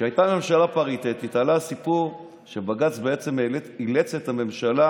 כשהייתה ממשלה פריטטית עלה הסיפור שבג"ץ אילץ את הממשלה